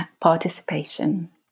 participation